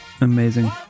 Amazing